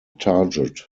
target